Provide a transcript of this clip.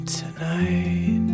tonight